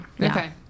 Okay